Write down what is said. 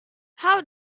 how